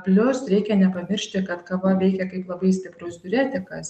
plius reikia nepamiršti kad kava veikia kaip labai stiprus diuretikas